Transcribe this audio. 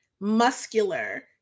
muscular